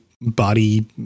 body